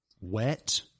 wet